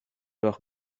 peur